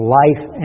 life